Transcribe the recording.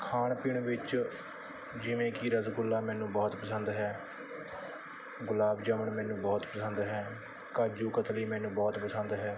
ਖਾਣ ਪੀਣ ਵਿੱਚ ਜਿਵੇਂ ਕਿ ਰਸਗੁੱਲਾ ਮੈਨੂੰ ਬਹੁਤ ਪਸੰਦ ਹੈ ਗੁਲਾਬ ਜਾਮੁਨ ਮੈਨੂੰ ਬਹੁਤ ਪਸੰਦ ਹੈ ਕਾਜੂ ਕਤਲੀ ਮੈਨੂੰ ਬਹੁਤ ਪਸੰਦ ਹੈ